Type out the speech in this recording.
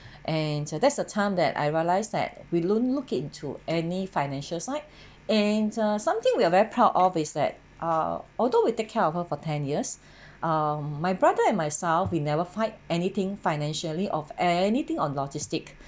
and that's the time that I realized that we don't look into any financial side and err something we are very proud of is that ah although we take care of her for ten years um my brother and myself we never fight anything financially of anything on logistic